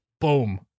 Boom